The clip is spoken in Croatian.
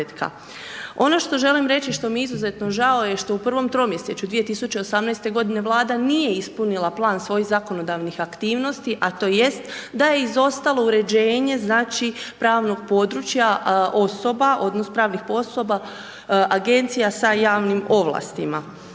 Ono što želim reći, što mi je izuzetno žao je što je u prvom tromjesečju 2018. Vlada nije ispunila plan svojih zakonodavnih aktivnosti, a to jest da je izostalo uređenje, znači pravog područja, osoba, odnos pravnih osoba, agencija sa javnim ovlastima.